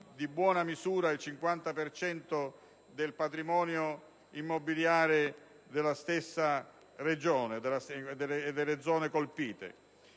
di buona misura il 50 per cento del patrimonio immobiliare della stessa Regione e delle zone colpite.